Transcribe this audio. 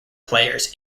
players